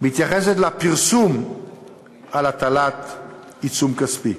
מתייחסת לפרסום על הטלת עיצום כספי.